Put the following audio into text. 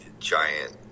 giant